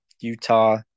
Utah